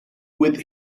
with